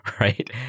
right